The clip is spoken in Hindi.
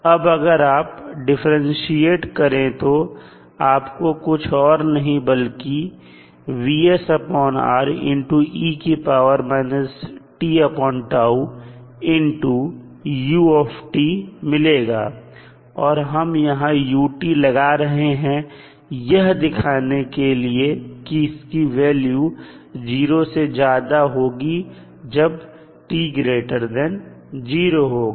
अब अगर आप डिफरेंटशिएट करें तो आपको कुछ और नहीं बल्किu मिलेगा और हम यहां u लगा रहे हैं यह दिखाने के लिए की इसकी वैल्यू 0 से ज्यादा होगी जब t0 होगा